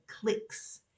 clicks